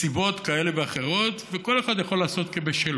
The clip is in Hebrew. מסיבות כאלה ואחרות, וכל אחד יכול לעשות כבשלו.